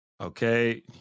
Okay